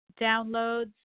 downloads